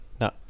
no